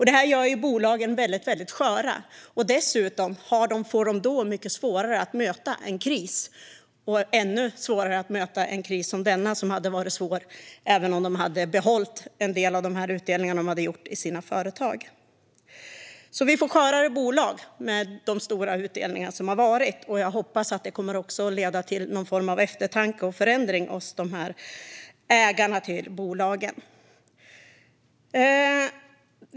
Detta gör bolagen väldigt sköra, och de får dessutom mycket svårare att möta en kris och ännu svårare att möta en kris som denna, som hade varit svår även om de behållit en del av utdelningarna i företagen. Vi får alltså skörare bolag med de stora utdelningar som varit, och jag hoppas att detta kommer att leda till någon form av eftertanke och förändring hos ägarna till bolagen.